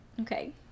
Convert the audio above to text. okay